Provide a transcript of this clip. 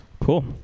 Cool